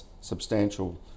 substantial